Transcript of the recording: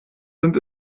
sind